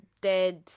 dead